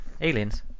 Aliens